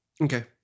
Okay